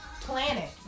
Planet